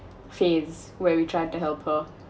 fence where we tried to help her